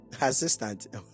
assistant